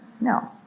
No